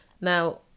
Now